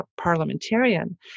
parliamentarian